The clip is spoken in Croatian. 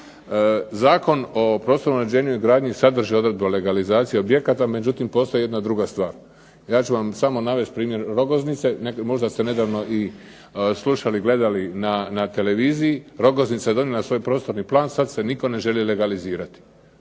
Zakon o prostornom uređenju i gradnji sadrži odredbe o legalizaciji objekata, međutim postoji jedna druga stvar. Ja ću vam samo navest primjer Rogoznice. Možda ste nedavno i slušali, gledali na televiziji, Rogoznica je donijela svoj prostorni plan, sad se nitko ne želi legalizirati.